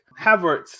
Havertz